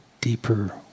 deeper